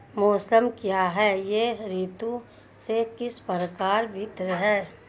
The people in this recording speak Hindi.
मौसम क्या है यह ऋतु से किस प्रकार भिन्न है?